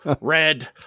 red